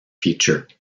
feature